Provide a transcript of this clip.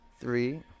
three